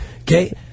Okay